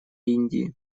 индии